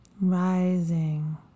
rising